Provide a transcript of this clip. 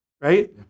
right